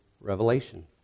Revelation